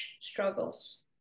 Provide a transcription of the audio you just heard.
struggles